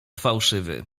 fałszywy